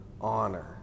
Honor